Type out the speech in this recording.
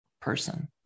person